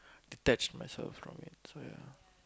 detached myself from it so ya